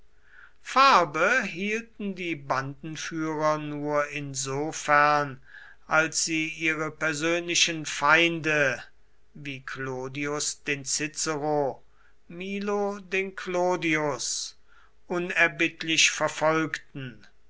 farbe hielten die bandenführer nur insofern als sie ihre persönlichen feinde wie clodius den cicero milo den clodius unerbittlich verfolgten